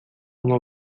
uma